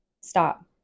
Stop